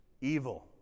evil